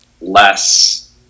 less